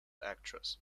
actress